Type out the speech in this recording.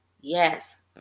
yes